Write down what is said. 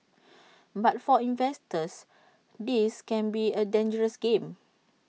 but for investors this can be A dangerous game